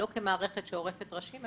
לא כמערכת שעורפת ראשים,